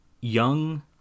young